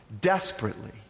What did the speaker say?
desperately